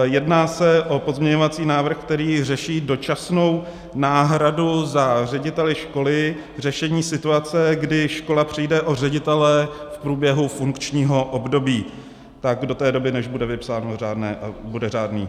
Jedná se o pozměňovací návrh, který řeší dočasnou náhradu za ředitele školy, řešení situace, kdy škola přijde o ředitele v průběhu funkčního období, do té doby, než bude vypsáno řádné bude řádný.